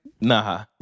Nah